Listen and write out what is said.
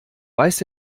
weiß